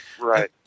Right